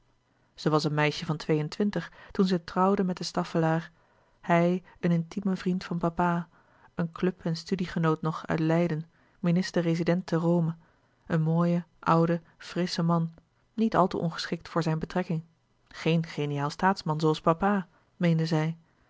zij was een meisje van twee-en-twintig toen zij trouwde met de staffelaer hij een intieme vriend van papa een club en studiegenoot nog uit leiden minister rezident te rome een mooie oude frissche man niet al te ongeschikt voor zijne betrekking geen geniaal staatsman zooals papa meende zij